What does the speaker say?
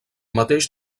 mateix